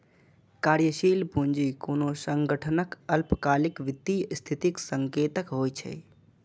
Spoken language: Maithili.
कार्यशील पूंजी कोनो संगठनक अल्पकालिक वित्तीय स्थितिक संकेतक होइ छै